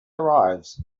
arrives